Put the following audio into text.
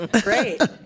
great